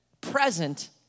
present